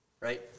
right